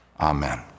amen